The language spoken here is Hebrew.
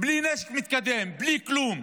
בלי נשק מתקדם, בלי כלום,